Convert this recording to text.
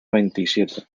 veintisiete